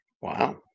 Wow